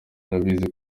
arabizi